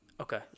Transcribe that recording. Okay